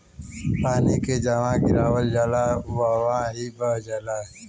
पानी के जहवा गिरावल जाला वहवॉ ही बह जाला